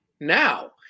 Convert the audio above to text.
now